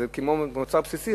זה מוצר בסיסי,